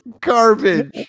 garbage